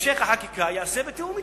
שהמשך החקיקה ייעשה בתיאום אתך.